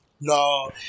No